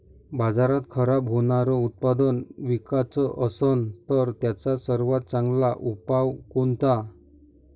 बाजारात खराब होनारं उत्पादन विकाच असन तर त्याचा सर्वात चांगला उपाव कोनता?